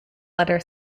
letter